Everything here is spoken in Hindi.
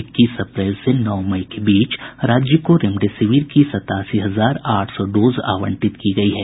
इक्कीस अप्रैल से नौ मई के बीच राज्य को रेमडेसिविर की सतासी हजार आठ सौ डोज आवंटित की गई है